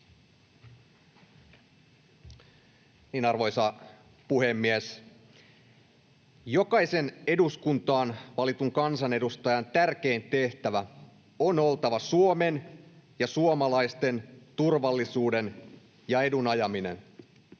Arvoisa puhemies! Jokaisen eduskuntaan valitun kansanedustajan tärkein tehtävä on oltava Suomen ja suomalaisten turvallisuuden ja edun ajaminen,